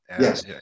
Yes